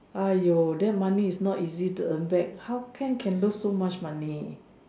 !aiyo! that money is not easy to earn back how can can lose so much money